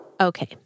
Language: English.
Okay